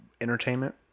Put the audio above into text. entertainment